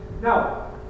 Now